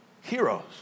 Heroes